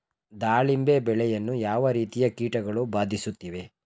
ದಾಳಿಂಬೆ ಬೆಳೆಯನ್ನು ಯಾವ ರೀತಿಯ ಕೀಟಗಳು ಬಾಧಿಸುತ್ತಿವೆ?